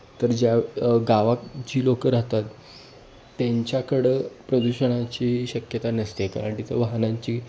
तर ज्या गावात जी लोकं राहतात त्यांच्याकडं प्रदूषणाची शक्यता नसते कारण तिथं वाहनांची